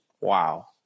wow